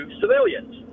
civilians